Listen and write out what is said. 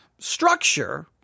structure